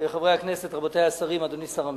חברי הכנסת, רבותי השרים, אדוני שר המשפטים,